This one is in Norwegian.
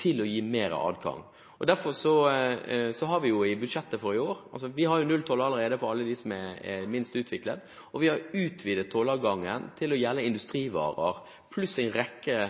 til å gi mer adgang. Derfor har vi i budsjettet for i år – vi har nulltoll allerede for dem som er minst utviklet – utvidet tolladgangen til å gjelde industrivarer pluss en rekke